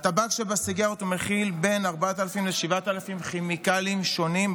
הטבק שבסיגריות מכיל בין 4,000 ל-7,000 כימיקלים שונים,